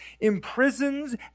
imprisons